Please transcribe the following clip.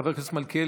חבר הכנסת מלכיאלי,